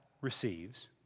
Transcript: receives